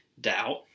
doubt